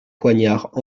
poignard